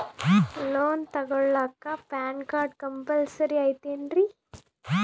Loan ತೊಗೊಳ್ಳಾಕ PAN card compulsory ಐಯ್ತೇನ್ರಿ?